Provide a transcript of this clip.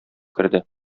керде